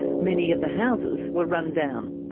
many of the houses were run down.